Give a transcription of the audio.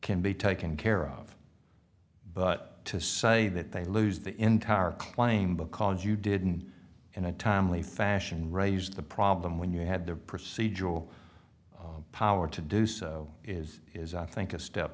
can be taken care of but to say that they lose the entire claim because you didn't and a timely fashion raised the problem when you had the procedural power to do so is is i think a step